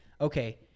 Okay